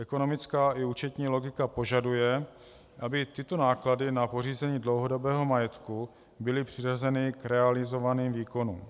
Ekonomická i účetní logika požaduje, aby tyto náklady na pořízení dlouhodobého majetku byly přiřazeny k realizovaným výkonům.